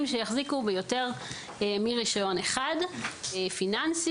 שיחזיקו ביותר מרישיון פיננסי אחד פיננסי.